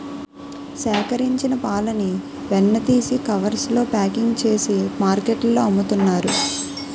సేకరించిన పాలని వెన్న తీసి కవర్స్ లో ప్యాకింగ్ చేసి మార్కెట్లో అమ్ముతున్నారు